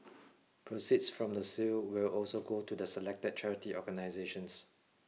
proceeds from the sale will also go to the selected charity organisations